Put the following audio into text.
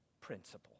principle